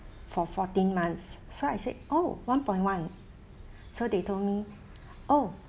for fourteen months so I said oh one point one so they told me oh